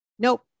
Nope